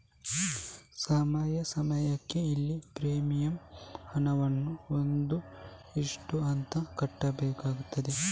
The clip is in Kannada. ಸಮಯ ಸಮಯಕ್ಕೆ ಇಲ್ಲಿ ಪ್ರೀಮಿಯಂ ಹಣವನ್ನ ಒಂದು ಇಷ್ಟು ಅಂತ ಕಟ್ಬೇಕಾಗ್ತದೆ